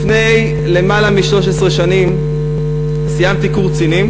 לפני למעלה מ-13 שנים סיימתי קורס קצינים.